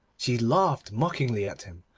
she laughed mockingly at him,